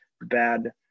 bad